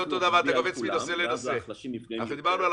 באופן רוחבי על כולם ואז החלשים נפגעים יותר --- אתה עושה אותו דבר,